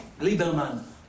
Lieberman